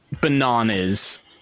bananas